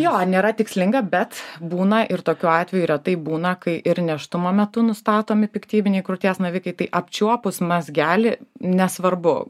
jo nėra tikslinga bet būna ir tokių atvejų retai būna kai ir nėštumo metu nustatomi piktybiniai krūties navikai tai apčiuopus mazgelį nesvarbu